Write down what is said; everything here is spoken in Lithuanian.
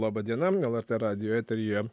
laba diena lrt radijo eteryje